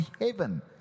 heaven